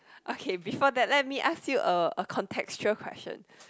okay before that let me ask you a a contextual question